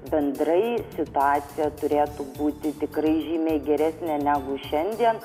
bendrai situacija turėtų būti tikrai žymiai geresnė negu šiandien